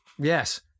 Yes